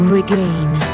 Regain